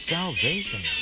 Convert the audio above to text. Salvation